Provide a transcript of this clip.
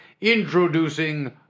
Introducing